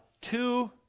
two